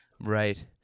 Right